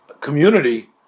community